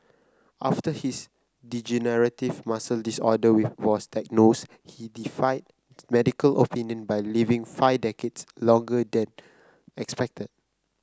after his degenerative muscle disorder we was diagnosed he defied medical opinion by living five decades longer than expected